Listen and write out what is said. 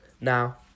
Now